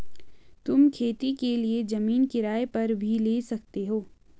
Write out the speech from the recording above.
तुम खेती के लिए जमीन किराए पर भी ले सकते हो